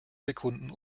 sekunden